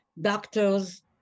doctors